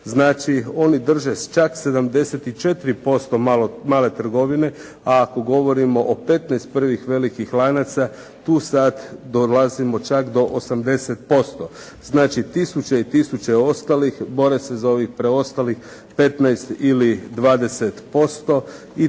znači oni drže čak 74% male trgovine, a ako govorimo o 15 prvih velikih lanaca, tu sad dolazimo čak do 80%. Znači tisuće i tisuće ostalih bore se za ovih preostalih 15 ili 20%